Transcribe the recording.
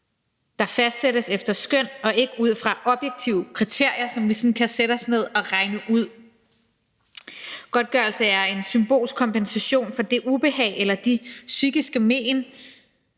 der fastsættes efter skøn og ikke ud fra objektive kriterier, som vi sådan kan sætte os ned og regne ud. Godtgørelse er en symbolsk kompensation for det ubehag eller de psykiske men,